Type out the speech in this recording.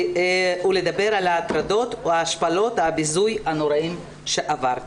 ולדבר על ההטרדות או ההשפלות והביזוי הנוראי שעברת.